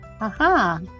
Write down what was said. aha